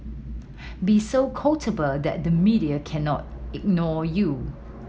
be so quotable that the media cannot ignore you